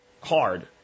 hard